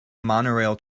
monorail